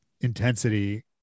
Intensity